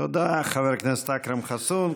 תודה, חבר הכנסת אכרם חסון.